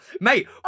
Mate